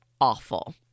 awful